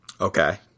Okay